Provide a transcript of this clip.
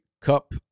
Cup